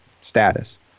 status